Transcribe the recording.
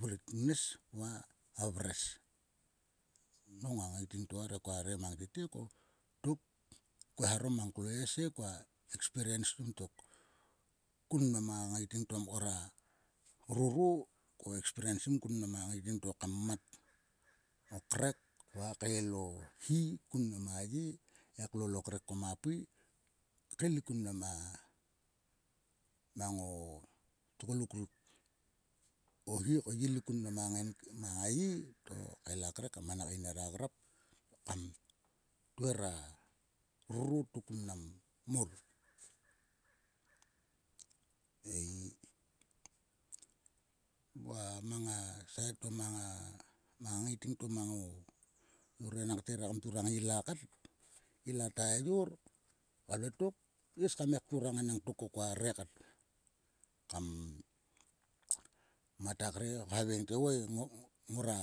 Vrik ngnes va a vres. Nong a ngaiting to arhe koare mang tete ko. dok ko eharom mang ko es he koa espiriensim. Kun mnam a ngaiting to mkor a roro. Ko espiriensim kun mang a ngaiting to kam mat o krek va kael o hi kun mnam a ye. He klol o krek koma a pui. Kaelikkun mnam a. mang o tgoluk ruk. O hi ko yi elik kun mnam a ngain mang a ye to el a kvek a mana kain nera grap kam tvera roro to kun mnam mor ei. Va mang a sait to mang a. mang a ngaiting to mang o ngor enangte ya re kam turang ila kat. Ila ta yayor vavle tok. yi is kam gia turang enang to ko koa re kat. Kam mat a kre khaveng te,"voi ngora